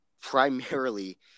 primarily